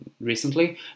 recently